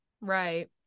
Right